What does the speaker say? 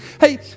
hey